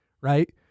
right